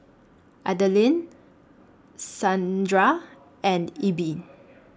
Adaline Saundra and Ebbie